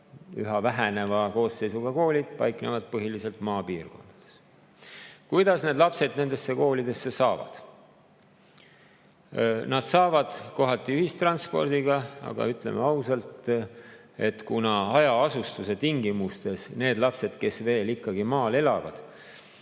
Üha väheneva koosseisuga koolid paiknevad põhiliselt maapiirkondades. Kuidas lapsed nendesse koolidesse saavad? Nad saavad sinna kohati ühistranspordiga, aga ütleme ausalt, kuna hajaasustuse tingimustes lapsed, kes veel maal elavad,